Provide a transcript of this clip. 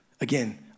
again